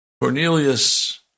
Cornelius